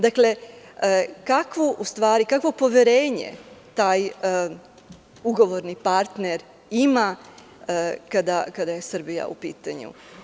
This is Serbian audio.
Kakvo poverenje taj ugovorni partner ima kada je Srbija u pitanju?